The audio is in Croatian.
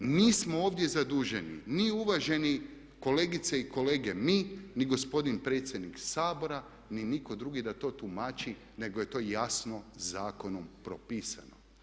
Nismo ovdje zaduženi ni uvaženi kolegice i kolege mi ni gospodin predsjednik Sabora ni nitko drugi da to tumači nego je to jasno zakonom propisano.